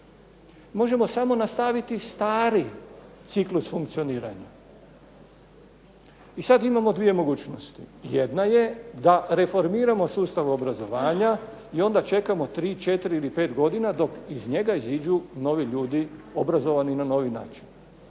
Možemo samo nastaviti stari ciklus funkcioniranja. I sad imamo dvije mogućnosti. Jedna je da reformiramo sustav obrazovanja i onda čekamo 3, 4 ili 5 godina dok iz njega iziđu novi ljudi obrazovani na novi način.